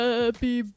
Happy